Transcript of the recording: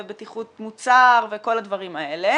בטיחות מוצר וכל הדברים האלה